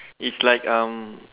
it's like um